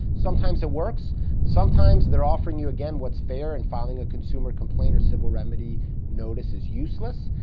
sometimes it works sometimes they're offering you, again, what's fair, and filing a consumer complaint or civil remedy notice is useless.